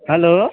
hello